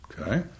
Okay